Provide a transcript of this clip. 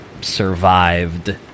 survived